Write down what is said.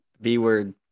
B-word